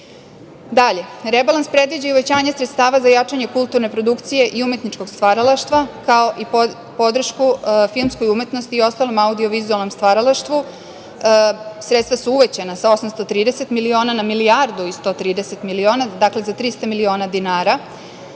rebalans predviđa i uvećanje sredstava za jačanje kulturne produkcije i umetničkog stvaralaštva, kao i podršku filmskoj umetnosti i ostalom audio-vizuelnom stvaralaštvu. Sredstva su uvećana sa 830 miliona na milijardu i 130 miliona. Dakle, za 300 miliona dinara.